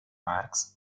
marx